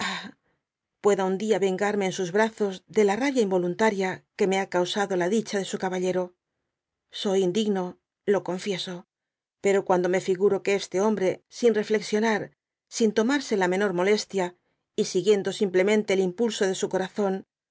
pueda un dia vengarme en sus breizos de la rabia involuntaria que m ha cansado la dicha de su caballero soy indigno lo confieso pero cuando me figuro que este hombre sin reflexionar sin tomarse la menor molestia y siguiendo simplemente el impulso de su corazón